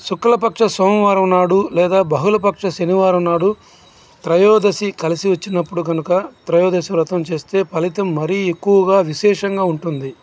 శుక్లపక్ష సోమవారం నాడు లేదా బహుళపక్ష శనివారం నాడు త్రయోదశి కలిసి వచ్చినప్పుడు కనుక త్రయోదశి వ్రతం చేస్తే ఫలితం మరీ ఎక్కువగా విశేషంగా ఉంటుంది